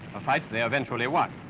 a fight they eventually won.